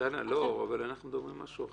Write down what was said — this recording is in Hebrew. דנה, אבל אנחנו מדברים על משהו אחר.